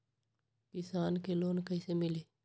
किसान के लोन कैसे मिली?